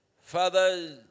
Fathers